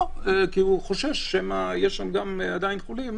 כי הוא חושש שמא יש שם עדיין חולים,